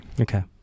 okay